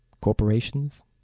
Corporations